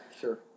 sure